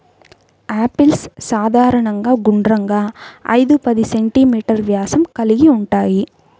apples సాధారణంగా గుండ్రంగా, ఐదు పది సెం.మీ వ్యాసం కలిగి ఉంటాయి